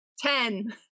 Ten